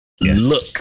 look